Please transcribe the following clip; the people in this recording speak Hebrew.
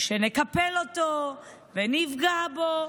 שנקפל אותו ונפגע בו,